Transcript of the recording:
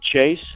chase